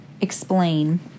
explain